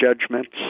judgments